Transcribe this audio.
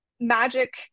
magic